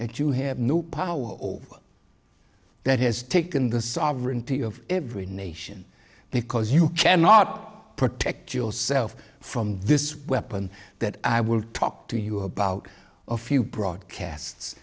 that you have no power over that has taken the sovereignty of every nation because you cannot protect yourself from this weapon that i will talk to you about a few broadcasts